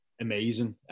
amazing